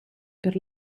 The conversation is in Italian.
per